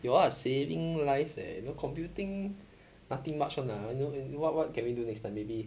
you all are saving lives leh you know computing nothing much one lah you know what what can we do next time maybe